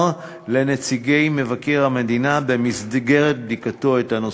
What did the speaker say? לנציגי מבקר המדינה במסגרת בדיקתו את הנושא.